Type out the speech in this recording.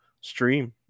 stream